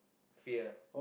fear